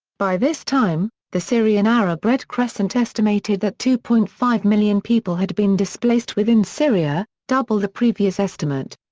by this time, the syrian arab red crescent estimated that two point five million people had been displaced within syria, double the previous estimate.